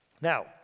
Now